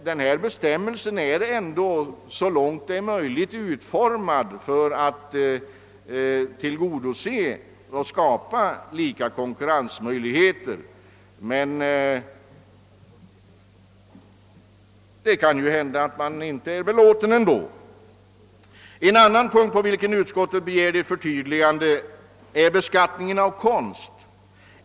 Denna bestämmelse är så långt det är möjligt utformad så, att den skall bidra till att skapa lika konkurrensmöjligheter. Men kanske man inte är belåten ändå. En annan punkt på vilken utskottet begärt ett förtydligande är beskattningen av konst.